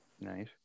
Nice